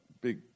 Big